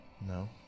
No